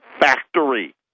Factory